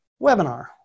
webinar